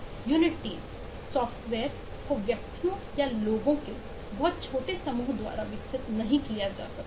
unit टीमों software को व्यक्तियों या लोगों के बहुत छोटे समूह द्वारा विकसित नहीं किया जा सकता है